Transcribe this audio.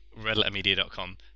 Redlettermedia.com